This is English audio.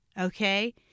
Okay